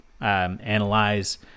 analyze